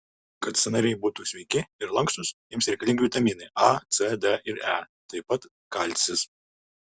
kad sąnariai būtų sveiki ir lankstūs jiems reikalingi vitaminai a c d ir e taip pat kalcis